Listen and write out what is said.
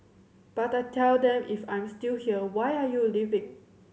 but I tell them if I'm still here why are you leaving